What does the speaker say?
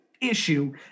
issue